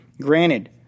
Granted